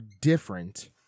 different